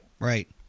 Right